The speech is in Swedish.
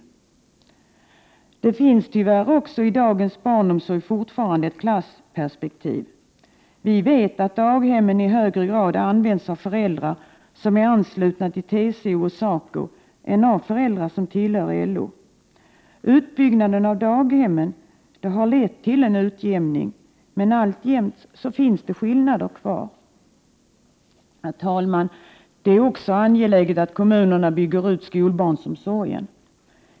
Det finns tyvärr också fortfarande i dagens barnomsorg ett klassperspektiv. Vi vet att daghemmen i högre grad används av föräldrar som är anslutna till TCO och SACO än av föräldrar som tillhör LO. Utbyggnaden av daghemmen har lett till en utjämning, men alltjämt finns det skillnader kvar. Herr talman! Det är också angeläget att kommunerna bygger ut skolbarnsomsorgen.